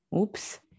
oops